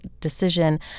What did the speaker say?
decision